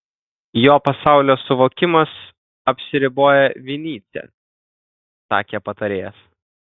jo pasaulio suvokimas apsiriboja vinycia sakė patarėjas